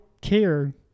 care